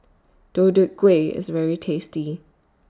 Deodeok Gui IS very tasty